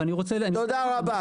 תודה רבה.